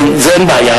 אין בעיה,